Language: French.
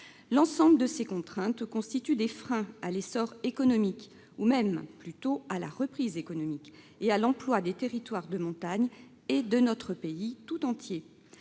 par bus. Ces contraintes constituent des freins à l'essor économique, voire à la reprise économique et à l'emploi dans les territoires de montagne et de notre pays tout entier.